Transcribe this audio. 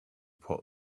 put